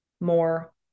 more